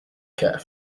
care